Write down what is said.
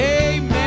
Amen